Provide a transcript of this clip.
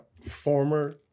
former